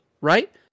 right